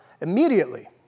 Immediately